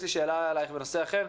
יש לי שאלה אליך בנושא אחר.